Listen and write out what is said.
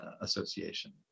association